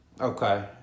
Okay